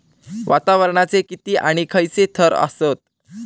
वातावरणाचे किती आणि खैयचे थर आसत?